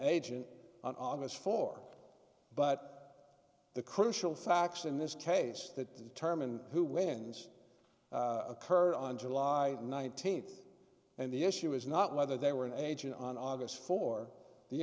agent on august four but the crucial facts in this case that turman who wins occurred on july nineteenth and the issue is not whether they were an agent on august for the